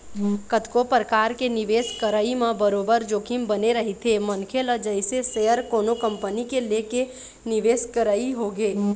कतको परकार के निवेश करई म बरोबर जोखिम बने रहिथे मनखे ल जइसे सेयर कोनो कंपनी के लेके निवेश करई होगे